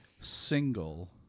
single